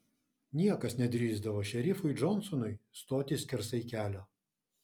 niekas nedrįsdavo šerifui džonsonui stoti skersai kelio